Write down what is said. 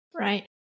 Right